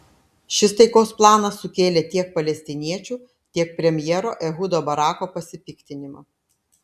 šis taikos planas sukėlė tiek palestiniečių tiek premjero ehudo barako pasipiktinimą